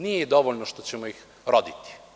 Nije dovoljno što ćemo ih roditi.